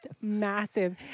massive